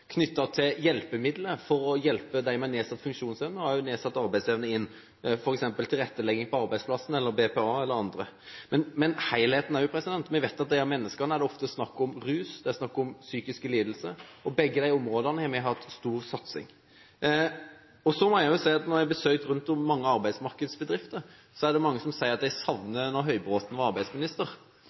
knyttet til hjelpemidler for å hjelpe dem med nedsatt funksjonsevne og også nedsatt arbeidsevne inn i arbeidslivet, f.eks. med tilrettelegging på arbeidsplassen, BPA eller andre tiltak. Men helheten også: Vi vet at for disse menneskene er det ofte snakk om rus, det er snakk om psykiske lidelser, og på begge disse områdene har vi hatt stor satsing. Så må jeg si at når jeg har besøkt mange arbeidsmarkedsbedrifter rundt om, er det mange som sier at de savner da Høybråten var arbeidsminister.